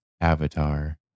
avatar